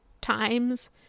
times